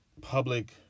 public